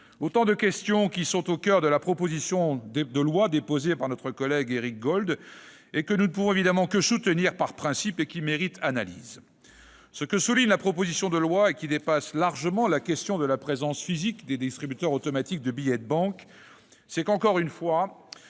? Ces questions sont au coeur de la proposition de loi déposée par notre collègue Éric Gold, que nous ne pouvons évidemment que soutenir par principe, et qui mérite analyse. Ce que soulignent les auteurs de ce texte, et qui dépasse largement la question de la présence physique des distributeurs automatiques de billets de banque, c'est qu'une large